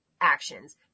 actions